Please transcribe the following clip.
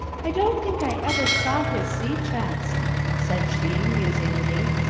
i don't think i ever saw his sea-chest, said she, musingly.